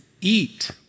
eat